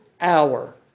hour